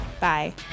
Bye